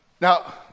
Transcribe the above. Now